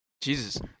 Jesus